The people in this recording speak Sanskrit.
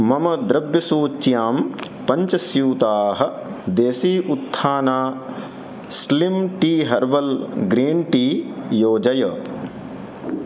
मम द्रव्यसूच्यां पञ्चस्यूताः Desi Utthana slim tea herbal green tea योजय